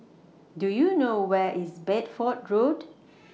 Do YOU know Where IS Bedford Road